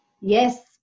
Yes